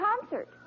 concert